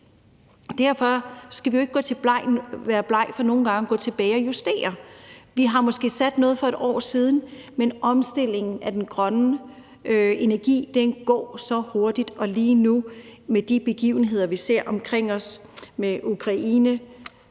Men vi skal jo ikke være blege for nogle gange at gå tilbage og justere. Vi har måske aftalt noget for et år siden, men omstillingen til den grønne energi går meget hurtigt, og i forhold til de begivenheder, vi ser omkring os, med Ukraine,